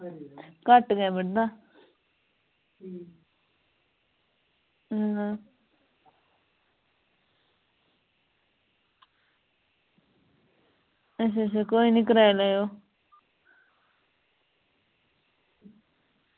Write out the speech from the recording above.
घट्ट गै पढ़दा ना अच्छा अच्छा कोई निं कराई लैएओ